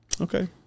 okay